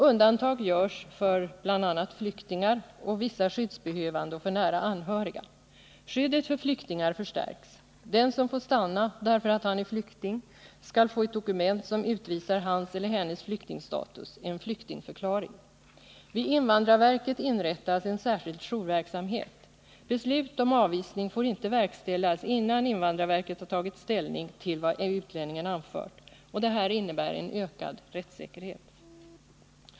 Undantag görs för flyktingar och vissa andra skyddsbehövande och för nära anhöriga. Skyddet för flyktingar förstärks. Den som får stanna därför att han är flykting skall få ett dokument som utvisar hans eller hennes flyktingstatus, en flyktingförklaring. Vid invandrarverket inrättas särskild jourverksamhet. Beslut om avvisning får inte verkställas innan invandrarverket har tagit ställning till vad utlänningen anfört. Detta innebär en ökad rättssäkerhet.